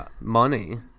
money